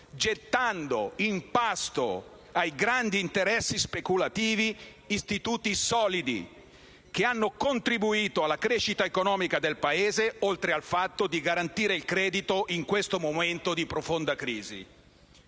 gettando in pasto ai grandi interessi speculativi istituti solidi che hanno contributo alla crescita economica del Paese, oltre al fatto di garantire il credito in questo momento di profonda crisi.